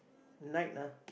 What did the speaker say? night ah